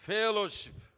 Fellowship